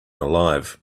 alive